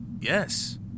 yes